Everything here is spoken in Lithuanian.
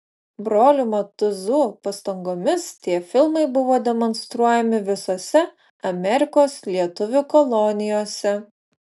brolių matuzų pastangomis tie filmai buvo demonstruojami visose amerikos lietuvių kolonijose